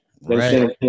Right